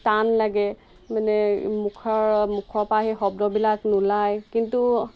টান লাগে মানে মুখৰ মুখৰপৰা সেই শব্দবিলাক নোলায় কিন্তু